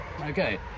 Okay